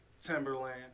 Timberland